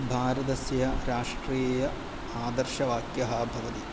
भारतस्य राष्ट्रीय आदर्शं वाक्यं भवति